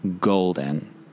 golden